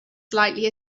slightly